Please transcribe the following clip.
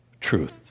truth